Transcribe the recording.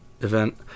event